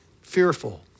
fearful